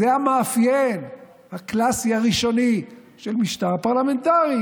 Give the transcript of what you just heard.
זה המאפיין הקלאסי הראשוני של משטר פרלמנטרי,